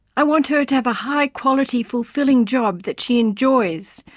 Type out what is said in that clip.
i want her to have a high quality, fulfilling job that she enjoys,